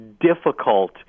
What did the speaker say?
difficult